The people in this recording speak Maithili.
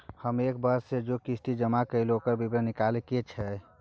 हम एक वर्ष स जे किस्ती जमा कैलौ, ओकर विवरण निकलवाबे के छै?